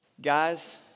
Guys